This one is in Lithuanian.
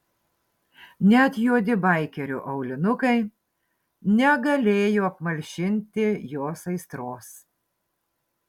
net juodi baikerio aulinukai negalėjo apmalšinti jos aistros